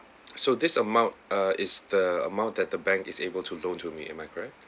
so this amount ah is the amount that the bank is able to loan to me am I correct